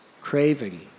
craving